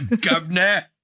governor